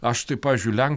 aš tai pavyzdžiui len